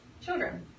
children